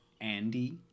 Andy